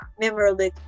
memorable